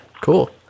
cool